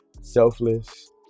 selfless